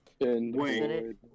Wait